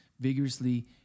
vigorously